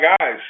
guys